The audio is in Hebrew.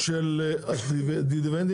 של המים ומה שקרה זו הלאמה של המים.